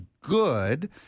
good